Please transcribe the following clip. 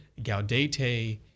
Gaudete